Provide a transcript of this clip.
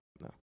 no